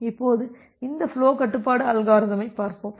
இப்போது இந்த ஃபுலோ கட்டுப்பாட்டு அல்காரிதமைப் பார்ப்போம்